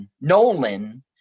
Nolan